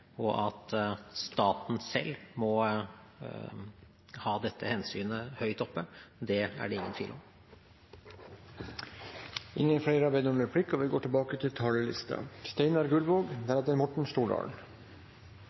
og at staten selv må ha dette hensynet høyt oppe, er det ingen tvil om.